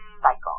cycle